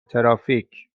ترافیک